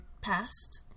past